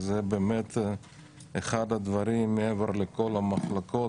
זה באמת אחד הדברים מעבר לכל המחלוקות.